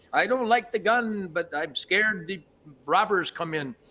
i don't like the gun, but i'm scared the robbers come in.